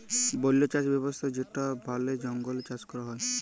বল্য চাস ব্যবস্থা যেটা বলে জঙ্গলে চাষ ক্যরা হ্যয়